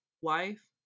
wife